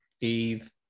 Eve